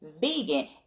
vegan